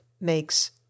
makes